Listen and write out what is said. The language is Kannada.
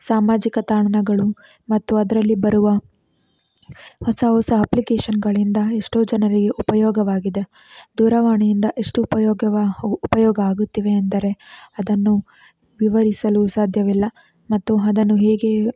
ಸಾಮಾಜಿಕ ತಾಣಗಳು ಮತ್ತು ಅದರಲ್ಲಿ ಬರುವ ಹೊಸ ಹೊಸ ಅಪ್ಲಿಕೇಶನ್ಗಳಿಂದ ಎಷ್ಟೋ ಜನರಿಗೆ ಉಪಯೋಗವಾಗಿದೆ ದೂರವಾಣಿಯಿಂದ ಎಷ್ಟು ಉಪಯೋಗವಾ ಉಪಯೋಗ ಆಗುತ್ತಿವೆಯೆಂದರೆ ಅದನ್ನು ವಿವರಿಸಲು ಸಾಧ್ಯವಿಲ್ಲ ಮತ್ತು ಅದನ್ನು ಹೇಗೆ